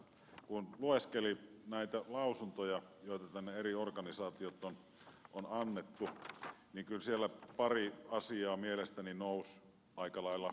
kun lueskelin näitä lausuntoja joita tänne eri organisaatiot ovat antaneet niin kyllä siellä pari asiaa mielestäni nousi aika lailla ykkösenä esille